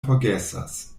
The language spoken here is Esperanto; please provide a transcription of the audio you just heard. forgesas